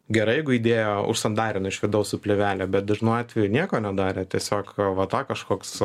gerai jeigu idėjo užsandarino iš vidaus su plėvelė bet dažnu atveju nieko nedarė tiesiog va tą kažkoks